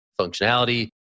functionality